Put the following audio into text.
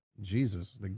Jesus